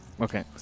Okay